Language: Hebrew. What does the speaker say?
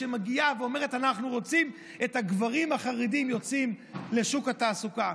שמגיעה ואומרת: אנחנו רוצים שהגברים החרדים יצאו לשוק התעסוקה.